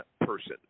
person